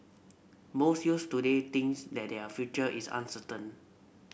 most youths today thinks that their future is uncertain